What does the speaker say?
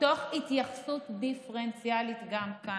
תוך התייחסות דיפרנציאלית גם כאן.